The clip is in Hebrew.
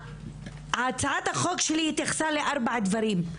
הצעת החוק שלי התייחסה לארבעה דברים.